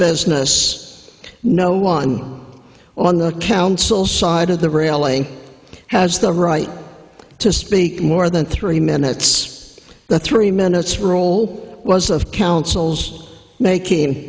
business no one on the council side of the railing has the right to speak more than three minutes the three minutes rule was of councils making